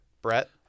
Brett